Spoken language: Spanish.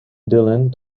dylan